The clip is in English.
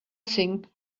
think